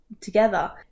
together